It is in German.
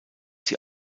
sie